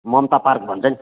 Mamata park भन्छ नि